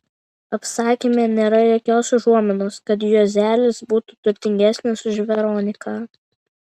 apsakyme nėra jokios užuominos kad juozelis būtų turtingesnis už veroniką